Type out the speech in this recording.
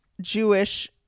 Jewish